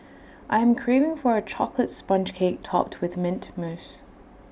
I am craving for A Chocolate Sponge Cake Topped with Mint Mousse